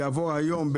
יעבור היום,